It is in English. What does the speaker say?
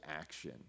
action